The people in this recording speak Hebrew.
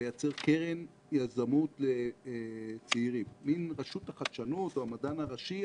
לייצר קרן יזמות לצעירים מין רשות חדשנות או המדען הראשי,